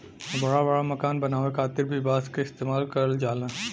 बड़ा बड़ा मकान बनावे खातिर भी बांस क इस्तेमाल करल जाला